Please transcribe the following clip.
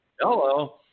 hello